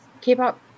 k-pop